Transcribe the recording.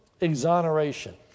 exoneration